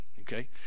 okay